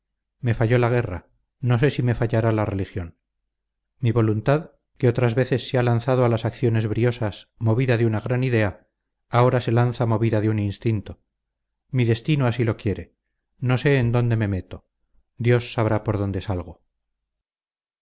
me falló la guerra no sé si me fallará la religión mi voluntad que otras veces se ha lanzado a las acciones briosas movida de una gran idea ahora se lanza movida de un instinto mi destino así lo quiere no sé en dónde me meto dios sabrá por dónde salgo